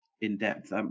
in-depth